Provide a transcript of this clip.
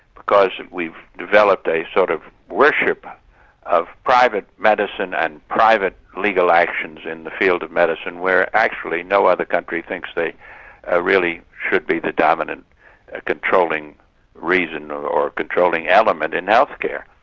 because we've developed a sort of worship of private medicine and private legal actions in the field of medicine where actually no other country thinks they ah really should be the dominant controlling reason, or or controlling element in healthcare.